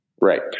Right